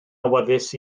awyddus